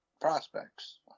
prospects